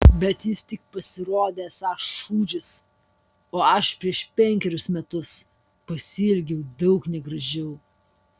bet jis tik pasirodė esąs šūdžius o aš prieš penkerius metus pasielgiau daug negražiau